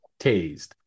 tased